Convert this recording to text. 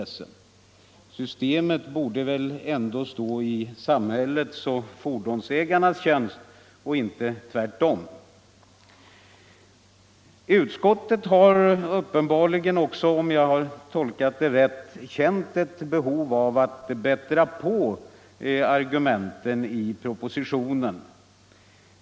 Systemet borde väl ändå stå i samhällets och fordonsägarnas tjänst och inte tvärtom. Utskottet har uppenbarligen också, om jag har tolkat dess betänkande rätt, känt ett behov av att bättra på argumenten i propositionen.